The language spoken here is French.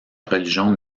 religion